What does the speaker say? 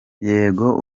yego